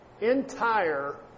entire